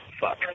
Fuck